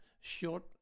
short